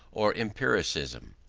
or empiricism.